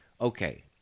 okay